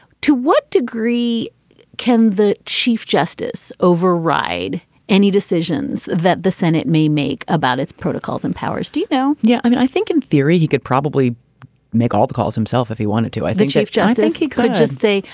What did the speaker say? to what degree can the chief justice override any decisions that the senate may make about its protocols and powers? do you know? yeah. i mean, i think in theory, he could probably make all the calls himself if he wanted to i think shape, just like he could just say,